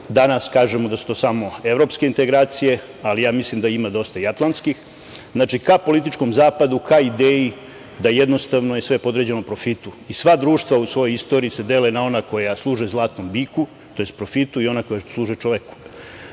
Danas kažemo da su to samo evropske integracije, ali ja mislim da ima dosta i atlanskih. Znači, ka političkom Zapadu, ka ideji da, jednostavno, je sve podređeno profitu. Sva društva u svojoj istoriji se dele na ona koja služe „zlatnom biku“, to jest profitu i ona koja služe čoveku.